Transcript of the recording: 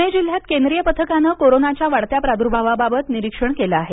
पुणे जिल्ह्यात केंद्रीय पथकाने कोरोनाच्या वाढत्या प्रादूर्भावाबाबत निरीक्षण केले आहे